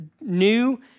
new